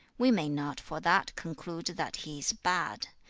we may not for that conclude that he is bad.